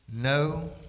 no